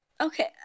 Okay